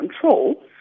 control